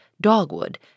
dogwood